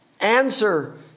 Answer